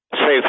safe